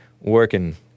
working